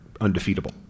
undefeatable